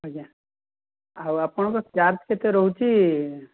ଆଜ୍ଞା ଆଉ ଆପଣଙ୍କ ଚାର୍ଜ୍ କେତେ ରହୁଛି